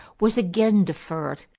was again deferred.